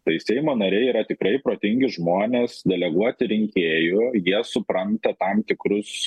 tai seimo nariai yra tikrai protingi žmonės deleguoti rinkėjų jie supranta tam tikrus